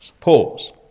Pause